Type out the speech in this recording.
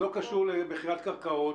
זה לא קשור למכירת קרקעות.